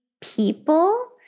people